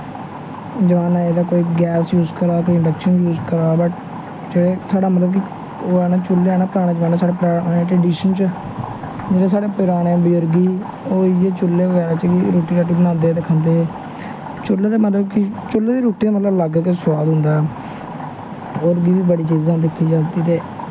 जमाना आई दा कोई गैस जूस करा दा कोई इंडक्शन जूस करा दा जेह्ड़ा साढ़ा मतलब कि ओह् ऐ ना चूह्ले ऐ न पराने पराने साढ़े ट्रैडिशन च जेह्ड़े साढ़े पराने बजुर्ग हे ओह् इस चूह्ले च गै रुच्ची रट्टी बनांदे हे ते खंदे हे चूह्ले दी मतलब कि चूह्ले दी रुट्टी अलग गै सोआद होंदा होर बी बड़ी चीजां दिक्खेआ जाए ते